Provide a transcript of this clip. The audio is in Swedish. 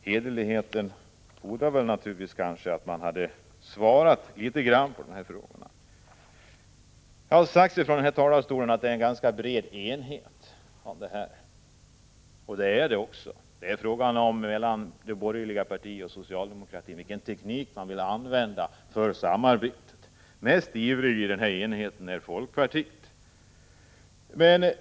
Hederligheten fordrar väl att man hade svarat något på dessa frågor. Från talarstolen har sagts att det råder en ganska bred enighet i de här frågorna, och det gör det också. Mellan socialdemokratin och de borgerliga partierna är det bara fråga om vilken teknik man vill använda för samarbetet. Folkpartiet är ivrigast att nå enighet.